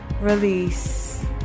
Release